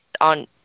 on